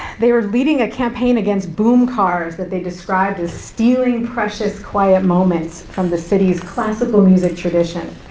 they were leading a campaign against boom cars that they described as stealing precious quiet moments from the city's classical music tradition.